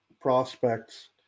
prospects